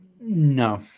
No